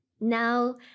Now